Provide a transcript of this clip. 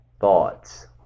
thoughts